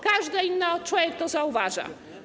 Każdy inny człowiek to zauważa.